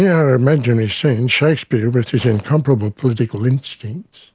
yeah our imaginary scene, shakespeare, with his incomparable political instincts,